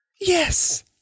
Yes